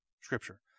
Scripture